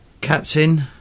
Captain